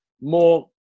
more